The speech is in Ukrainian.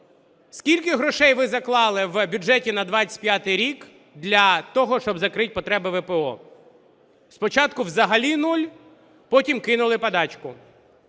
Скільки грошей ви заклали в бюджеті на 2025 рік для того, щоб закрити потреби ВПО? Спочатку взагалі нуль, потім кинули подачку.